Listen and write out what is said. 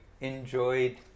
enjoyed